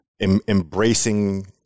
embracing